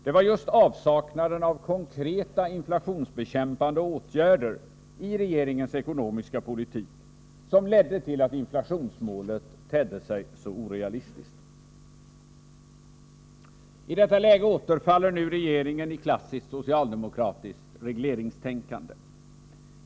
Det var just avsaknaden av konkreta inflationsbekämpande åtgärder i regeringens ekonomiska politik som ledde till att inflationsmålet tedde sig så orealistiskt. I detta läge återfaller regeringen i klassiskt socialdemokratiskt regleringstänkande.